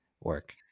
work